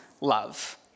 love